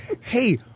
Hey